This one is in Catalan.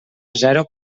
zero